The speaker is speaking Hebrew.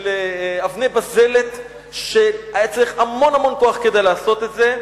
באבני בזלת, והיה צריך המון כוח כדי לעשות את זה.